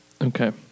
Okay